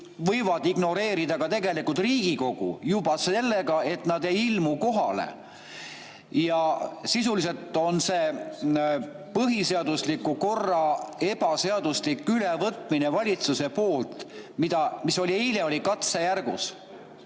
võivad ignoreerida Riigikogu juba sellega, et nad ei ilmu kohale. Sisuliselt on see põhiseadusliku korra ebaseaduslik ülevõtmine valitsuse poolt, mis eile oli katsejärgus.